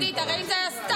רציתם להיכנס,